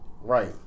Right